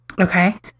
Okay